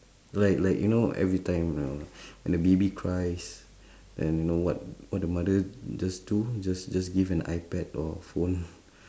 like like you know every time you know when a baby cries then you know what what the mother just do just just give an ipad or phone